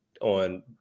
on